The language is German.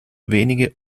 wenige